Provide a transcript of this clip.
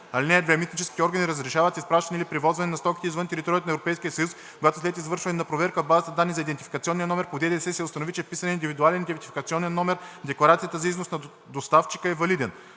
(2) Митническите органи разрешават изпращането или превозването на стоките извън територията на Европейския съюз, когато след извършване на проверка в базата данни за идентификационни номера по ДДС се установи, че вписаният индивидуален идентификационен номер в декларацията за износ на доставчика е валиден.“